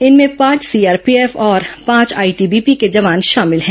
इनमें पांच सीआरपीएफ और पांच आईटीबीपी के जवान शामिल हैं